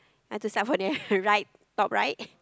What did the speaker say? want to start from the right top right